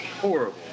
horrible